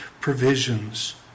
provisions